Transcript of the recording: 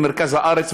לעומת מרכז הארץ,